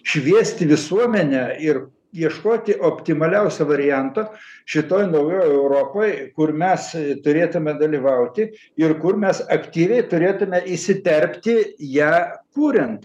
šviesti visuomenę ir ieškoti optimaliausio varianto šitoj naujoj europoj kur mes turėtumėme dalyvauti ir kur mes aktyviai turėtume įsiterpti ją kuriant